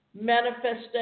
Manifestation